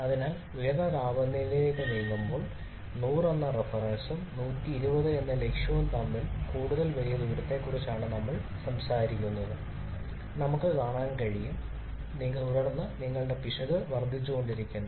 അതിനാൽ ഉയർന്ന താപനിലയിലേക്ക് നീങ്ങുമ്പോൾ 100 എന്ന റഫറൻസും 120 എന്ന ലക്ഷ്യവും തമ്മിലുള്ള കൂടുതൽ വലിയ ദൂരത്തെക്കുറിച്ചാണ് നമ്മൾ സംസാരിക്കുന്നതെന്ന് നമുക്ക് കാണാൻ കഴിയും തുടർന്ന് നിങ്ങളുടെ പിശക് വർദ്ധിച്ചുകൊണ്ടിരിക്കുന്നു